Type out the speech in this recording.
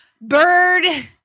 Bird